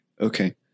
Okay